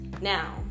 now